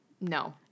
no